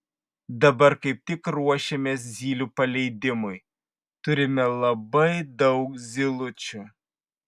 dabar kaip tik ruošiamės zylių paleidimui turime labai daug zylučių